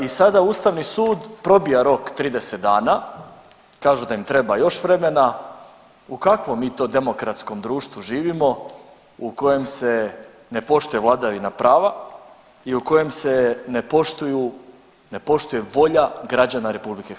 I sada ustavni sud probija rok 30 dana, kažu da im treba još vremena, u kakvom mi to demokratskom društvu živimo u kojem se ne poštuje vladavina prava i u kojem se ne poštuju, ne poštuje volja građana RH?